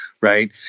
right